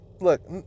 look